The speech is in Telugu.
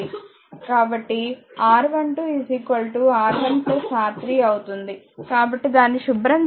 కాబట్టి R12 R1 R 3 అవుతుంది కాబట్టి దాన్ని శుభ్రం చేద్దాం